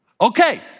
Okay